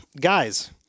Guys